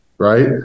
Right